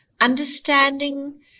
understanding